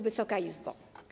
Wysoka Izbo!